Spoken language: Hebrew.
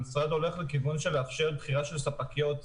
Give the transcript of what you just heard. המשרד הולך לכיוון של לאפשר בחירה של ספקיות.